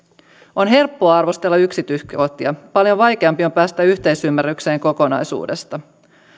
on helppoa arvostella yksityiskohtia paljon vaikeampaa on päästä yhteisymmärrykseen kokonaisuudesta